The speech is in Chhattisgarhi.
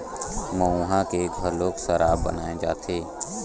मउहा के घलोक सराब बनाए जाथे